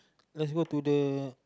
let's go to the